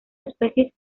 especies